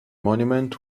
monument